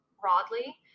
broadly